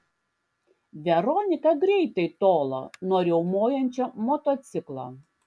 veronika greitai tolo nuo riaumojančio motociklo